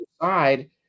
side